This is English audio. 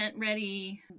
ready